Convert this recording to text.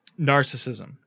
narcissism